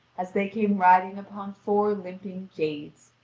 as they came riding upon four limping jades,